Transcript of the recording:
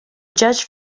judge